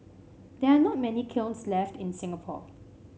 there are not many kilns left in Singapore